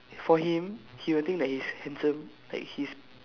for him he will think that he's handsome like he's